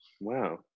Wow